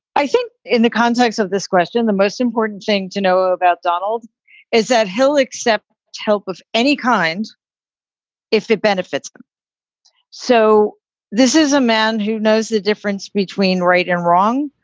i think in the context of this question, the most important thing to know about donald is that he'll accept help of any kind if it benefits them so this is a man who knows the difference between right and wrong,